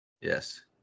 Yes